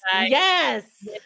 Yes